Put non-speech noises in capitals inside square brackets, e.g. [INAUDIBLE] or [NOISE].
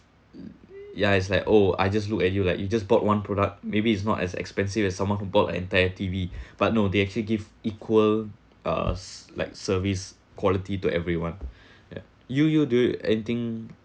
ya it's like oh I just look at you like you just bought one product maybe it's not as expensive as someone who bought entire T_V but no they actually give equal us like service quality to everyone [BREATH] ya you you do you anything